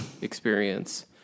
Experience